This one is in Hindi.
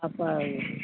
पप्पा आ गए